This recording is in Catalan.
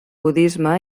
budisme